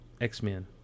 X-Men